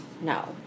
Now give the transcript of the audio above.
No